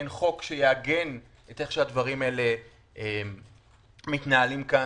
אין חוק שיעגן את איך שהדברים האלה מתנהלים כאן.